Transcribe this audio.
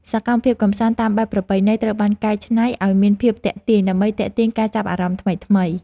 សកម្មភាពកម្សាន្តតាមបែបប្រពៃណីត្រូវបានកែច្នៃឱ្យមានភាពទាក់ទាញ ដើម្បីទាក់ទាញការចាប់អារម្មណ៍ថ្មីៗ។